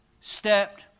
stepped